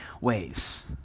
ways